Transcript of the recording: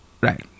Right